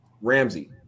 Ramsey